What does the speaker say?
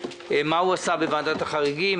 מה הוא עשה בוועדת החריגים,